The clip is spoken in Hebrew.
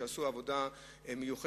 שעשו עבודה מיוחדת,